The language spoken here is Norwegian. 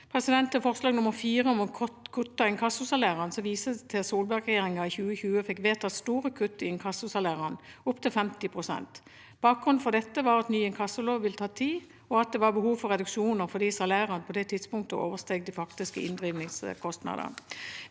Til forslag nr. 4, om å kutte inkassosalærene, vises det til at Solberg-regjeringen i 2020 fikk vedtatt store kutt i inkassosalærene, opptil 50 pst. Bakgrunnen for dette var at ny inkassolov ville ta tid, og at det var behov for reduksjoner fordi salærene på det tidspunktet oversteg de faktiske inndrivingskostnadene.